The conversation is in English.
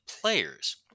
players